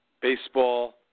baseball